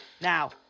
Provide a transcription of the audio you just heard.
Now